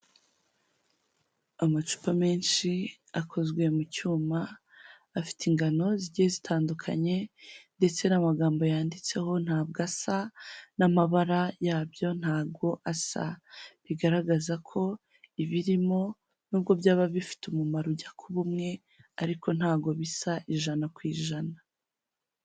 Amacupa menshi akozwe mu cyuma afite ingano zigiye zitandukanye, ndetse n'amagambo yanditseho ntabwo asa, n'amabara yabyo ntago asa. Bigaragaza ko, ibirimo nubwo byaba bifite umumaro ujya kuba umwe, ariko ntago bisa ijana ku ijana.